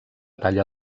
talla